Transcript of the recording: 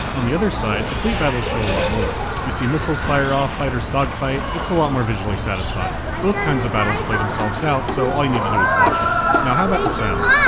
on the other side, the fleet battles show a lot more. you see missiles fire off, fighters dogfight it's a lot more visually satisfying. both kinds of battles play themselves out, so all you need to do is watch it. now, how about the sound?